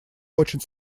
очень